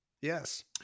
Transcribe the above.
yes